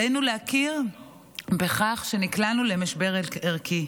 עלינו להכיר בכך שנקלענו למשבר ערכי.